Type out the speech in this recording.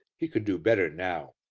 he could do better now.